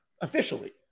officially